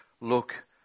look